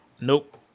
Nope